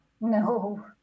No